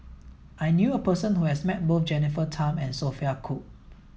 I knew a person who has met both Jennifer Tham and Sophia Cooke